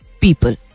people